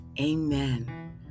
amen